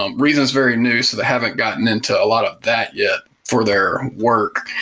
um reasons very new, so they haven't gotten into a lot of that yet for their work,